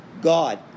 God